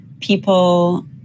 people